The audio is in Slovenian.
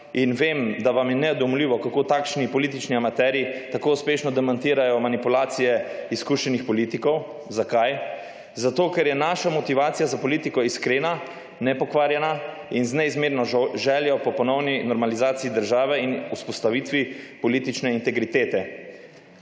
in vem, da vam je nedoumljivo, kako takšni politični amaterji tako uspešno demantirajo manipulacije izkušenih politikov. Zakaj? Zato, ker je naša motivacija za politiko iskrena, nepokvarjena in z neizmerno željo po ponovni normalizaciji države in vzpostavitvi politične integritete,.